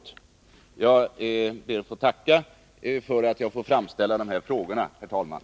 Jag ber att få tacka för att jag har fått framställa dessa frågor, herr talman.